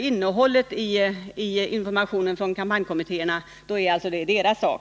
Innehållet i informationen från kampanjkommittéerna är alltså deras sak.